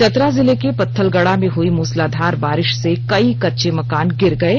चतरा जिले के पत्थलगडा में हुई मूसलाधार बारिश से कई कच्चे मकान गिर गये